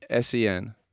SEN